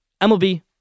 MLB